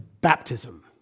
baptism